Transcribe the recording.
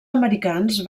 americans